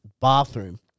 bathroom